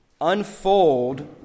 unfold